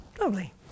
Lovely